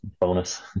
bonus